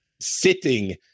sitting